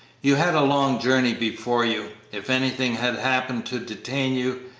you had a long journey before you if anything had happened to detain you,